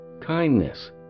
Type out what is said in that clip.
kindness